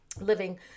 living